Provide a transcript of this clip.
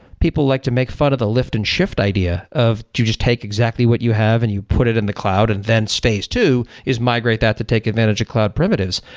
people like to make fun of the lift and shift idea of to just take exactly what you have and you put it in the cloud and then space two is migrate that to take advantage of cloud primitives.